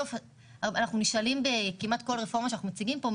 אנחנו נשאלים בכל רפורמה שאנחנו מציגים פה,